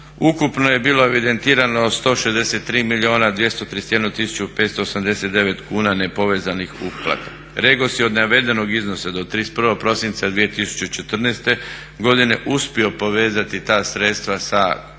ukupno je bilo evidentirano 163 milijuna 231 tisuću 589 kuna nepovezanih uplata. REGOS je od navedenog iznosa do 31. prosinca 2014. godine uspio povezati ta sredstva sa